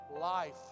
life